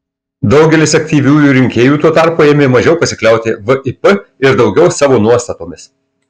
daugelis aktyviųjų rinkėjų tuo tarpu ėmė mažiau pasikliauti vip ir daugiau savo nuostatomis